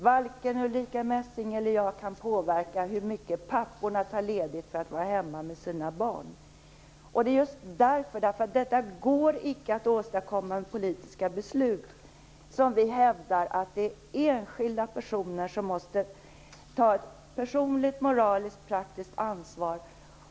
Varken Ulrica Messing eller jag kan påverka hur mycket papporna tar ledigt för att vara hemma med sina barn. Detta går icke att påverka med politiska beslut, och det är just därför som vi hävdar att enskilda personer måste ta ett personligt, moraliskt, praktiskt ansvar.